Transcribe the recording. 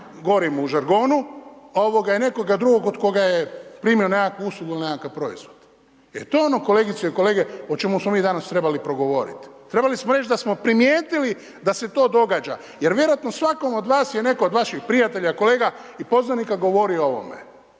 gorim u žargonu i nekoga drugog od koga je primio nekakvu uslugu na nekakav proizvod. I to je ono kolegice i kolege o čemu smo mi danas trebali progovoriti. Trebali smo reći da smo primijetili da se to događa jer vjerojatno svakom od vas je netko od vaših prijatelja, kolega i poznanika govorio o ovome.